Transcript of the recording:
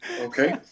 okay